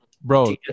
bro